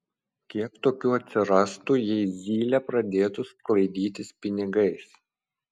kiek tokių atsirastų jei zylė pradėtų sklaidytis pinigais